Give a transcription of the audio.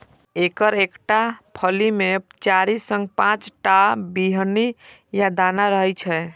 एकर एकटा फली मे चारि सं पांच टा बीहनि या दाना रहै छै